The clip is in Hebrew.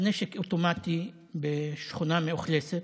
יכולים לכתב